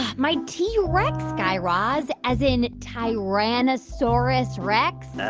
ah my t. rex, guy raz, as in tyrannosaurus rex.